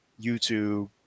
YouTube